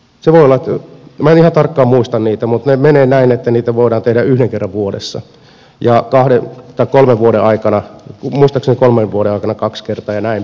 minä en ihan tarkkaan muista niitä mutta ne menevät näin että niitä voidaan tehdä yhden kerran vuodessa ja kahden tai kolmen vuoden aikana muistaakseni kolmen vuoden aikana kaksi kertaa ja näin päin pois